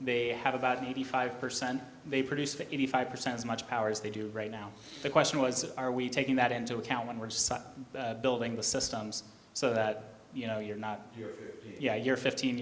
they have about eighty five percent they produce fifty five percent as much power as they do right now the question was are we taking that into account when we're building the systems so that you know you're not you're you're you're fifteen